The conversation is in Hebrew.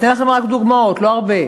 אני אתן לכם רק דוגמאות, לא הרבה,